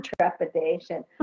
trepidation